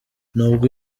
nubwo